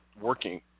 working –